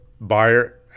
buyer